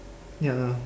ya lah